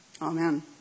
Amen